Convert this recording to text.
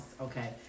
Okay